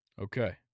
Okay